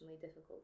difficult